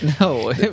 no